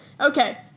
Okay